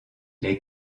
les